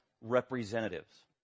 representatives